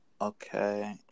Okay